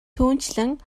түүнчлэн